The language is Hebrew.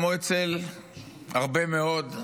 כמו אצל הרבה מאוד,